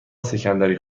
سکندری